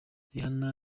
rihanna